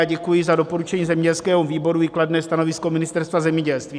Děkuji za doporučení zemědělského výboru i kladné stanovisko Ministerstva zemědělství.